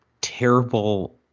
terrible